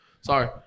Sorry